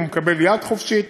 הוא מקבל יד חופשית